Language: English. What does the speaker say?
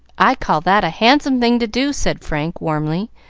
i call that a handsome thing to do! said frank, warmly,